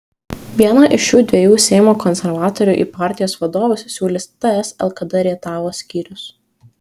vieną iš šių dviejų seimo konservatorių į partijos vadovus siūlys ts lkd rietavo skyrius